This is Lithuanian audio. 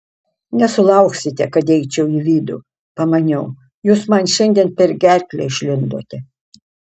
nesulauksite kad eičiau į vidų pamaniau jūs man šiandien per gerklę išlindote